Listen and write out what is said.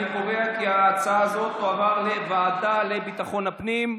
אני קובע כי ההצעה הזו תועבר לוועדה לביטחון הפנים.